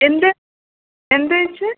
എന്ത് എന്തോയിച്ചെ